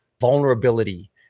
vulnerability